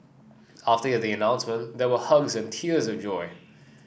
after the announcement there were hugs and tears of joy